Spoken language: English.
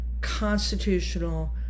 constitutional